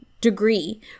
degree